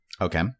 Okay